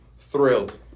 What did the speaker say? thrilled